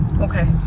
Okay